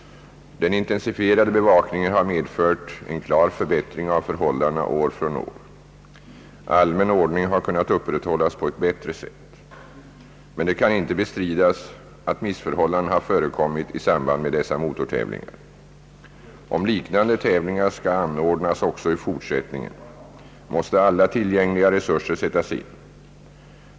Den intensifierade bevakningen har medfört en klar förbättring av förhållandena år från år. Allmän ordning har kunnat upprätthållas på ett bättre sätt. Det kan emellertid inte bestridas att missförhållanden har förekommit i samband med dessa motortävlingar. Om liknande tävlingar skall anordnas också i fortsättningen, måste alla tillgängliga resurser sättas in.